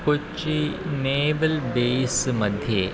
क्वचित् नेबल् बेस् मध्ये